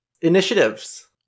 initiatives